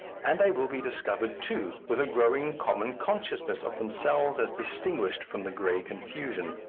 and they will be discovered, too, with a growing common consciousness of themselves as distinguished from the grey confusion,